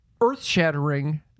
earth-shattering